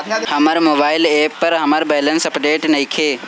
हमर mobile app पर हमर बैलेंस अपडेट नइखे